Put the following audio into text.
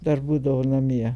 dar būdavo namie